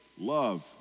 love